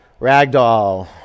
Ragdoll